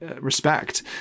respect